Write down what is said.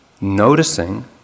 noticing